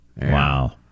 Wow